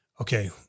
okay